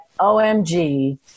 OMG